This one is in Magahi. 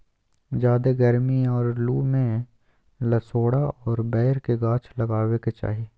ज्यादे गरमी और लू में लसोड़ा और बैर के गाछ लगावे के चाही